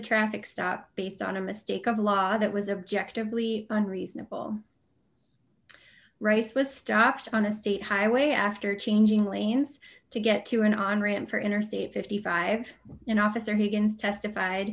traffic stop based on a mistake of law that was objective we unreasonable race was stopped on a state highway after changing lanes to get to and on ran for interstate fifty five you know officer he against testified